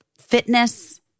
fitness